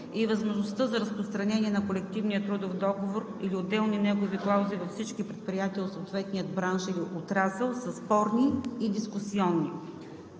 и възможността за разпространение на колективния трудов договор или отделни негови клаузи във всички предприятия от съответния бранш и отрасъл са спорни и дискусионни.